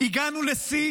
הגענו לשיא